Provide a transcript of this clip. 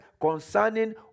concerning